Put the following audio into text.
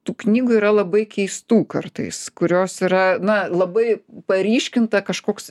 tų knygų yra labai keistų kartais kurios yra na labai paryškinta kažkoks